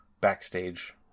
backstage